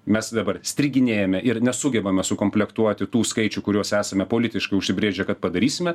mes dabar striginėjame ir nesugebame sukomplektuoti tų skaičių kuriuos esame politiškai užsibrėžę kad padarysime